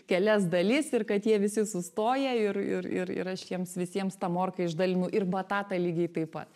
kelias dalis ir kad jie visi sustoja ir ir ir ir aš jiems visiems tą morką išdalinu ir batatą lygiai taip pat